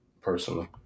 personally